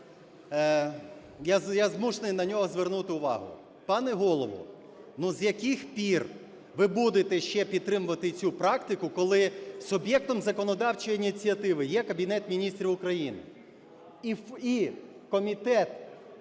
я змушений на нього звернути увагу. Пане Голово, ну, з яких пір ви будете ще підтримувати цю практику, коли суб'єктом законодавчої ініціативи є Кабінет Міністрів України, і комітет, який…